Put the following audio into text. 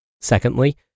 Secondly